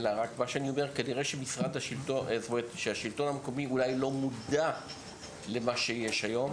אלא רק שהשלטון המקומי אולי לא מודע למה שיש היום.